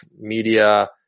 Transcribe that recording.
media